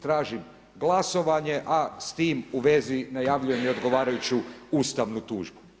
Tražim glasovanje a s tim u vezi najavljujem i odgovarajuću ustavnu tužbu, hvala.